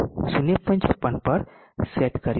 56 પર સેટ કર્યું છે